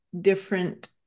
different